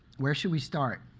where should we start?